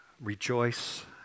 rejoice